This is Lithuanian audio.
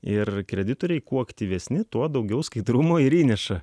ir kreditoriai kuo aktyvesni tuo daugiau skaidrumo ir įneša